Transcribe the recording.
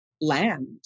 land